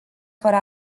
fără